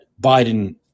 Biden